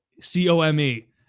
C-O-M-E